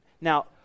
Now